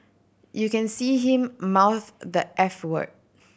you can see him mouth the f word